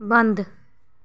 बंद